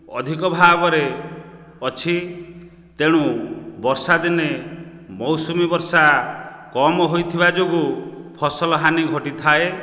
ଅଧିକ ଭାବରେ ଅଛି ତେଣୁ ବର୍ଷାଦିନେ ମୌସୁମୀ ବର୍ଷା କମ ହୋଇଥିବା ଯୋଗୁଁ ଫସଲ ହାନି ଘଟିଥାଏ